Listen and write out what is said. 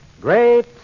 Great